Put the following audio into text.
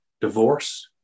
divorce